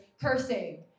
cursing